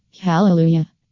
Hallelujah